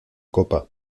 copa